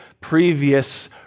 previous